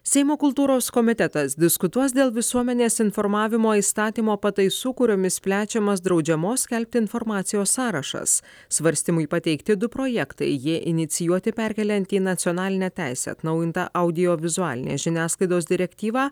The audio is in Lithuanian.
seimo kultūros komitetas diskutuos dėl visuomenės informavimo įstatymo pataisų kuriomis plečiamas draudžiamos skelbti informacijos sąrašas svarstymui pateikti du projektai jie inicijuoti perkeliant į nacionalinę teisę atnaujintą audiovizualinės žiniasklaidos direktyvą